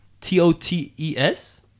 T-O-T-E-S